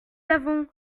avons